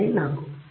4